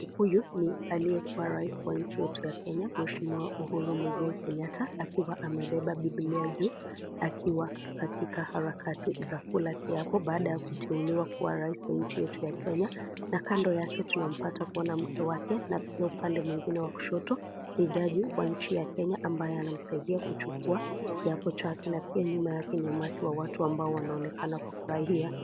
Huyu ni aliyekuwa rais wa nchi yetu ya Kenya mheshimiwa Uhuru Muigai Kenyatta. Akiwa amebeba bibilia juu akiwa katika harakati za kula kiapo baada ya kuteuliwa kuwa rais nchi yetu ya Kenya. Na kando yake tunampata kuona mke wake na upande mwingine wa kushoto ni jaji wa nchi ya Kenya ambayo yanamsaidia kuchukua kiapo chake. Na pia nyuma yake ni umati wa watu ambao wanaonekana kufurahia.